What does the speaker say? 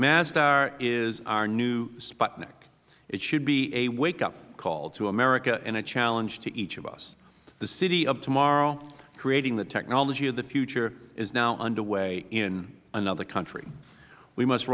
masdar is our new sputnik it should be a wake up call to america and a challenge to each of us the city of tomorrow creating the technology of the future is now underway in another country we must